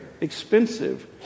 expensive